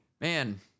Man